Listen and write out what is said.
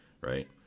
right